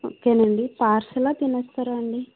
okay అండి పార్సలా తినేస్తారా అండి